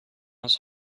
his